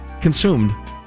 consumed